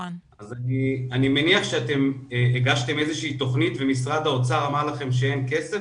אז אני מניח שאתם הגשתם איזה שהיא תכנית ומשרד האוצר אמר לכם שאין כסף,